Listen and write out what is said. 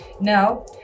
now